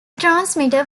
transmitter